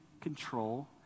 control